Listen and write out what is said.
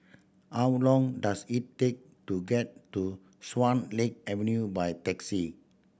how long does it take to get to Swan Lake Avenue by taxi